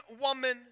woman